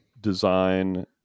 design